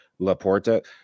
Laporta